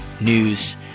News